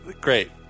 Great